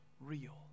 real